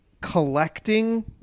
Collecting